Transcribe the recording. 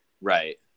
Right